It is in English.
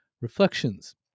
Reflections